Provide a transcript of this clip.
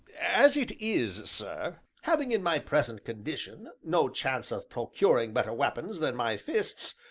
as it is, sir, having, in my present condition, no chance of procuring better weapons than my fists,